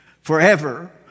forever